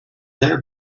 there